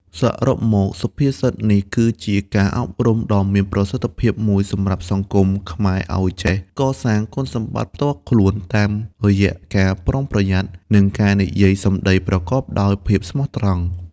សរុបមក សុភាសិតនេះគឺជាការអប់រំដ៏មានប្រសិទ្ធភាពមួយសម្រាប់សង្គមខ្មែរឱ្យចេះកសាង គុណសម្បត្តិផ្ទាល់ខ្លួន តាមរយៈការប្រុងប្រយ័ត្ន និងការនិយាយសម្ដីប្រកបដោយភាពស្មោះត្រង់។